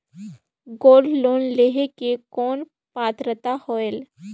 Gold loan लेहे के कौन पात्रता होएल?